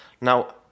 Now